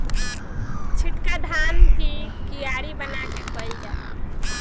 छिटका धान भी कियारी बना के कईल जाला